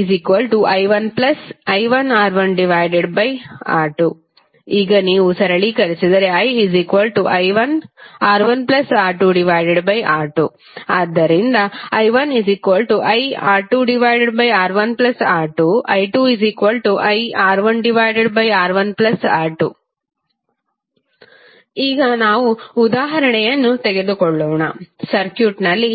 ಈಗ ii1i1R1R2 ಈಗ ನೀವು ಸರಳೀಕರಿಸಿದರೆ ii1R1R2R2 ಆದ್ದರಿಂದ i1iR2R1R2 i2iR1R1R2 ಈಗ ನಾವು ಉದಾಹರಣೆಯನ್ನು ತೆಗೆದುಕೊಳ್ಳೋಣ ಸರ್ಕ್ಯೂಟ್ನಲ್ಲಿ